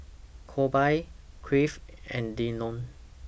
Colby Cleve and Dillon